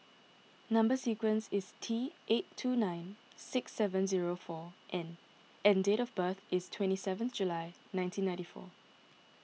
Number Sequence is T eight two nine six seven zero four N and date of birth is twenty seven July nineteen ninety four